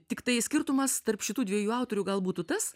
tiktai skirtumas tarp šitų dviejų autorių gal būtų tas